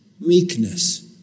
meekness